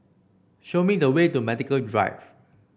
show me the way to Medical Drive